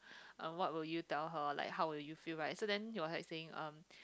um what will you tell her like how will you feel right so then he was like saying um